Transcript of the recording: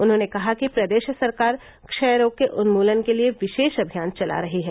उन्होंने कहा कि प्रदेश सरकार क्षय रोग के उन्मूलन के लिए विशेष अभियान चला रही है